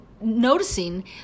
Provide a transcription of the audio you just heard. noticing